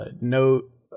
note